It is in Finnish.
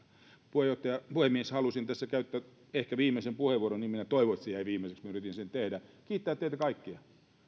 puhemies halusin tässä käyttää ehkä viimeisen puheenvuoron niin minä toivon että se jää viimeiseksi minä yritin sen tehdä ja kiittää teitä kaikkia